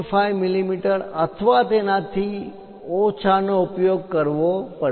5 millimetre અથવા તેનાથી ઓછા નો ઉપયોગ કરવો પડશે